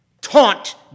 taunt